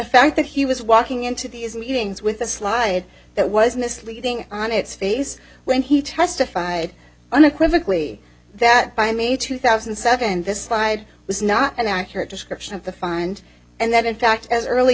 fact that he was walking into these meetings with a slide that was misleading on its face when he testified on equivocally that by may two thousand and seven this slide was not an accurate description of the find and that in fact as early